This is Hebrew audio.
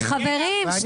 חברים,